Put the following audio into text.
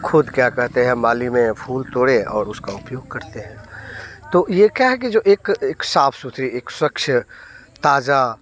ख़ुद क्या कहते हैं माली में फूल तोड़े और उसका उपयोग करते हैं तो ये क्या है कि जो एक एक साफ़ सुथरी एक स्वच्छ ताज़ा